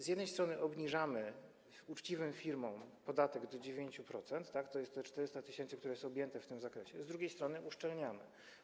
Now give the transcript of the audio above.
z jednej strony obniżamy uczciwym firmom podatek do 9% - to te 400 tys. firm, które są objęte w tym zakresie, a z drugiej strony uszczelniamy.